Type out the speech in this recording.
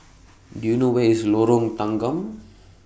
Do YOU know Where IS Lorong Tanggam